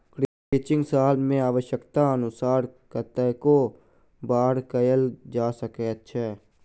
crutching साल मे आव्श्यकतानुसार कतेको बेर कयल जा सकैत छै